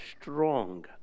strong